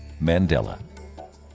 Mandela